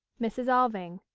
mrs. alving.